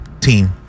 team